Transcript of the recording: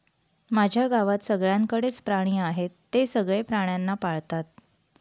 माझ्या गावात सगळ्यांकडे च प्राणी आहे, ते सगळे प्राण्यांना पाळतात